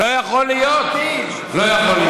לא, לא יכול להיות.